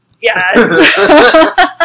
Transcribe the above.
Yes